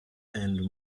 and